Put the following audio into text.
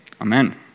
amen